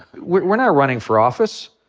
we're we're not running for office.